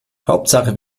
hauptsache